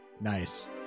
nice